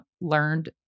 learned